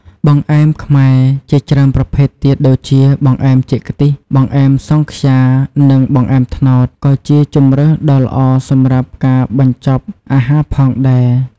បង្អែមខ្មែរ ជាច្រើនប្រភេទទៀតដូចជា បង្អែមចេកខ្ទិះ បង្អែមសង់ខ្យានិងបង្អែមត្នោត ក៏ជាជម្រើសដ៏ល្អសម្រាប់ការបញ្ចប់អាហារផងដែរ